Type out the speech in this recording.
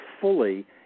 fully